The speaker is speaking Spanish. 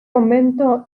convento